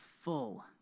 full